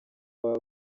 baba